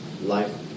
life